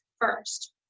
first